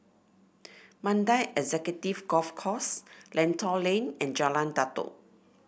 Mandai Executive Golf Course Lentor Lane and Jalan Datoh